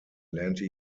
lernte